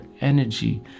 energy